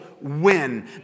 win